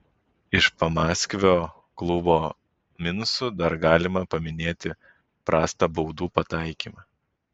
iš pamaskvio klubo minusų dar galima paminėti prastą baudų pataikymą